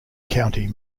county